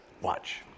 Watch